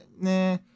Nah